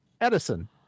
Edison